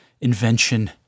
invention